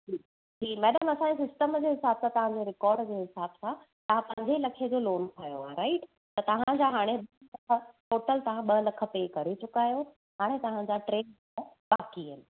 जी madam असांजे system जे हिसाबु सां तव्हांजे रिकॉड जे हिसाबु सां तव्हां पंजे लखे जो लोन खयो आहे राइट त तव्हांजा हाणे टोटल ॿ लख पे करे चुका आयो हाणे तव्हांजा टे लख बाक़ी आहिनि